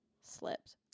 slipped